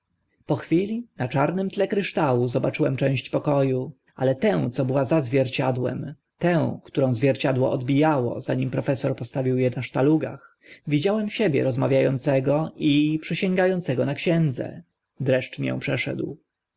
po chwili na czarnym tle kryształu zobaczyłem część poko u ale tę co była za zwierciadłem tę którą zwierciadło odbijało zanim profesor postawił e na sztalugach widziałem siebie rozmawia ącego i przysięga ącego na księdze dreszcz mię przeszedł